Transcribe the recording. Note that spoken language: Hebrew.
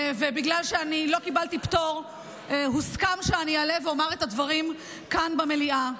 ובגלל שאני לא קיבלתי פטור הוסכם שאני אעלה ואומר את הדברים כאן במליאה,